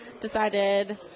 decided